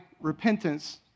repentance